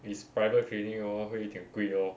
is private clinic lor 会一点贵 lor